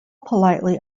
politely